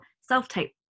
self-tape